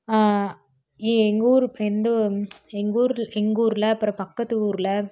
எங்கள் ஊர் எங்க ஊரு எங்கள் ஊரில் அப்பறம் பக்கத்து ஊரில்